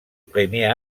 premier